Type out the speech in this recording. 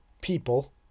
people